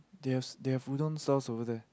they have they have Udon stalls over there